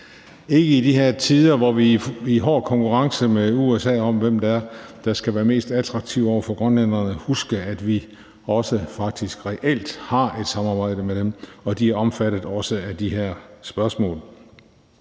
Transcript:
altså i de her tider, hvor vi er i hård konkurrence med USA om, hvem der skal være mest attraktive over for grønlænderne, huske, at vi faktisk også reelt har et samarbejde med dem, og at de også er omfattet af de her spørgsmål.